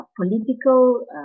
political